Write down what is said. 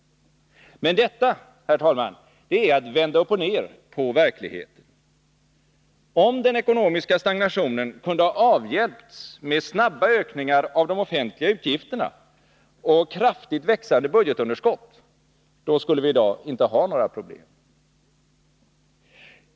Men detta, herr talman, är att vända upp och ner på verkligheten. Om den ekonomiska stagnationen kunde ha avhjälpts med snabba ökningar av de offentliga utgifterna och kraftigt växande budgetunderskott, då skulle vi i dag inte ha några problem.